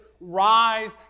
rise